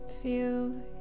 Feel